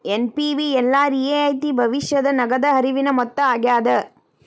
NPV ಎಲ್ಲಾ ರಿಯಾಯಿತಿ ಭವಿಷ್ಯದ ನಗದ ಹರಿವಿನ ಮೊತ್ತ ಆಗ್ಯಾದ